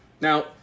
Now